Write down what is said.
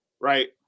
right